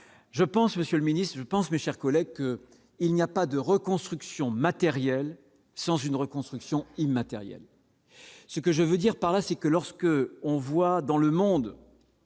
je pense, Monsieur le Ministre, je pense, mes chers collègues, il n'y a pas de reconstruction matérielle sans une reconstruction immatériel, ce que je veux dire par là c'est que lorsque on voit dans le monde.